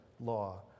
law